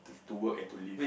to work and to live